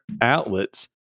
outlets